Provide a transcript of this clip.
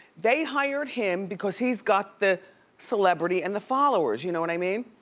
they hired him because he's got the celebrity and the followers, you know what i mean?